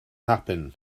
happen